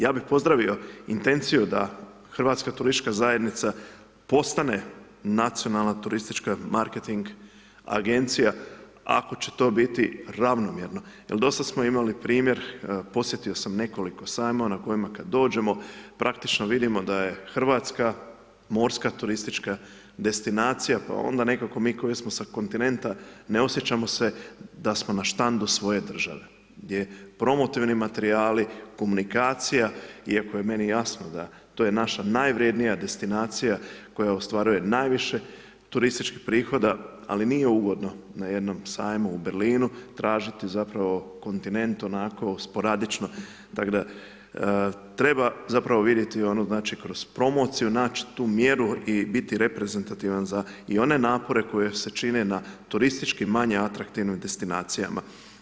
Ja bi pozdravio intenciju da HTZ postane nacionalna turistička marketing agencija ako će to biti ravnomjerno jer dosad smo imali primjer, posjetio sam nekoliko sajmova na kojima kad dođemo, praktično vidimo da je Hrvatska morska turistička destinacija koja onda nekako mi koji smo sa kontinenta, ne osjećamo se da smo na štandu svoje države gdje je promotivni materijali, komunikacija iako je meni jasno da to je naša najvrednija destinacija koja ostvaruje najviše turističkih prihoda ali nije ugodno na jednom sajmu u Berlinu tražiti zapravo kontinent onako sporadično, tak da treba zapravo vidjeti ono znači, kroz promociju naći tu mjeru i biti reprezentativan za i one napore koje se čine na turistički manje atraktivnim destinacijama.